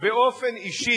באופן אישי,